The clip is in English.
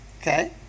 Okay